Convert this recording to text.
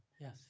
Yes